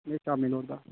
नेईं शामी लोड़दा हा